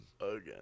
again